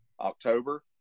October